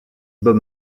bob